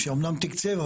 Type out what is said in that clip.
שאמנם תקצב,